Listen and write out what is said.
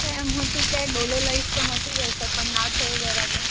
એમ હતું કે ડોલો લઈશ તો મટી જશે પણ ના થયું બરાબર